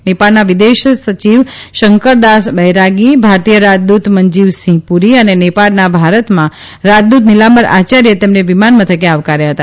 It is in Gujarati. નેપાળના વિદેશ સવિત શંકરદાસ બૈરાગીભારતીય રાજદ્રત મંજીવસિંહ પુરી અને નેપાળના ભારતમાં રાજદૂત નીલાંબર આયાર્થે તેમને વિમાન મથકે આવકાર્યા હતા